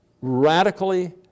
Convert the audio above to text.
radically